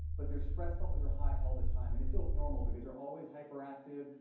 but their stress levels are high all the time. and it feels normal because they're always hyperactive.